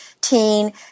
teen